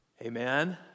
Amen